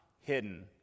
hidden